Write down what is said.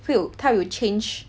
会有他有 change